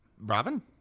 Robin